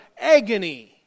agony